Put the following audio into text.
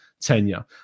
tenure